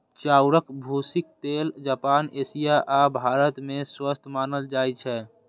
चाउरक भूसीक तेल जापान, एशिया आ भारत मे स्वस्थ मानल जाइ छै